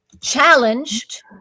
challenged